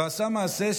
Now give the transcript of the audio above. ועשה מעשה,